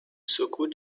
سکوت